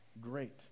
Great